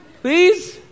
please